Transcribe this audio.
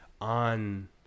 on